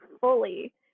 fully